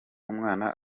umwana